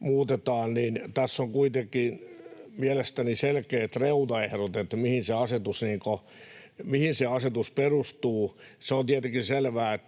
muutetaan, niin tässä on kuitenkin mielestäni selkeät reunaehdot, mihin se asetus perustuu. Se on tietenkin selvää,